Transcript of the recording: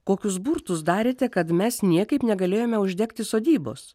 kokius burtus darėte kad mes niekaip negalėjome uždegti sodybos